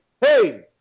hey